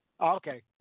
Okay